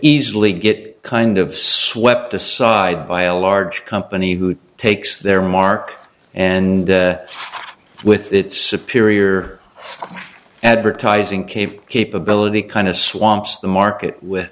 easily get kind of swept aside by a large company who takes their mark and with its superior advertising katie capability kind of swamps the market with